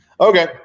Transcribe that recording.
Okay